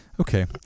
Okay